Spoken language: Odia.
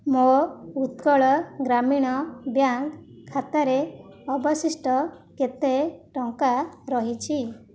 ମୋ ଉତ୍କଳ ଗ୍ରାମୀଣ ବ୍ୟାଙ୍କ ଖାତାରେ ଅବଶିଷ୍ଟ କେତେ ଟଙ୍କା ରହିଛି